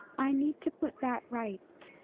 i need to put that right.